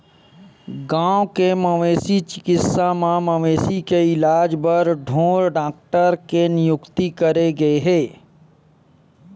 गाँव के मवेशी चिकित्सा म मवेशी के इलाज बर ढ़ोर डॉक्टर के नियुक्ति करे गे हे